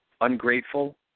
Ungrateful